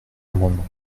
amendement